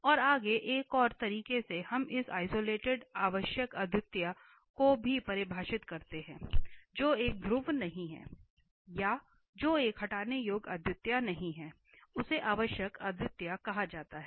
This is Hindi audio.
और आगे एक और तरीके से हम इस आइसोलेटेड आवश्यक अद्वितीयता को भी परिभाषित करते हैं जो एक ध्रुव नहीं है या जो एक हटाने योग्य अद्वितीयता नहीं है उसे आवश्यक अद्वितीयता कहा जाता है